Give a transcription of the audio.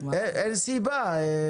אין סיבה.